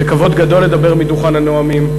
זה כבוד גדול לדבר מדוכן הנואמים.